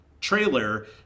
trailer